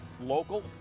local